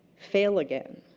fail again.